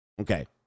Okay